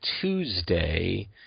Tuesday